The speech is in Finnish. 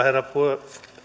herra